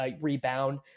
rebound